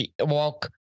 walk